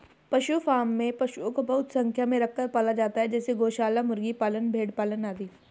पशु फॉर्म में पशुओं को बहुत संख्या में रखकर पाला जाता है जैसे गौशाला, मुर्गी पालन, भेड़ पालन आदि